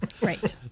Right